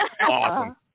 Awesome